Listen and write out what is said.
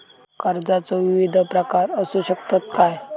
कर्जाचो विविध प्रकार असु शकतत काय?